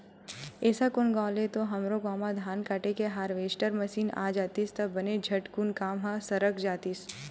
एसो कोन गाँव ले तो हमरो गाँव म धान काटे के हारवेस्टर मसीन आ जातिस त बने झटकुन काम ह सरक जातिस